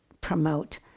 promote